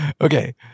Okay